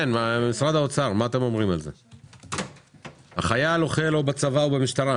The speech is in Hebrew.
משרד האוצר, החייל אוכל או בצבא או במשטרה.